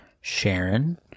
Sharon